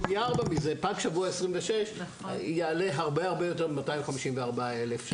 פג בשבוע 26 יעלה הרבה הרבה יותר מ-254,000 ש"ח.